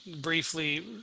briefly